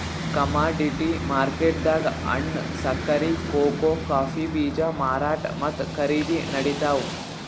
commodity ಮಾರ್ಕೆಟ್ದಾಗ್ ಹಣ್ಣ್, ಸಕ್ಕರಿ, ಕೋಕೋ ಕಾಫೀ ಬೀಜ ಮಾರಾಟ್ ಮತ್ತ್ ಖರೀದಿ ನಡಿತಾವ್